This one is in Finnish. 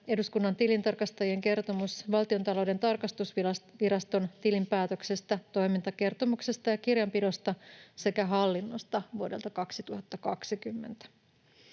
eduskunnan tilintarkastajien kertomus Valtiontalouden tarkastusviraston tilinpäätöksestä, toimintakertomuksesta ja kirjanpidosta sekä hallinnosta vuodelta 2020: